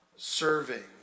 Serving